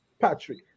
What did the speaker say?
patrick